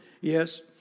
Yes